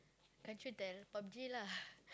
can't you tell Pub-G lah